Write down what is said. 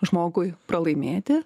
žmogui pralaimėti